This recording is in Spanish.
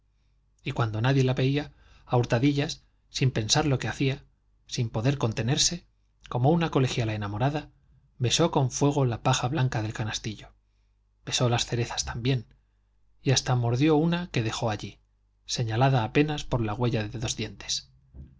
y cuando nadie la veía a hurtadillas sin pensar lo que hacía sin poder contenerse como una colegiala enamorada besó con fuego la paja blanca del canastillo besó las cerezas también y hasta mordió una que dejó allí señalada apenas por la huella de dos dientes